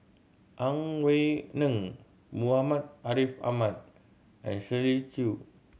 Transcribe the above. Ang Wei Neng Muhammad Ariff Ahmad and Shirley Chew